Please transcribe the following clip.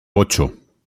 ocho